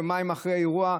יומיים אחרי האירוע,